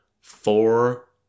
four